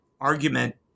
argument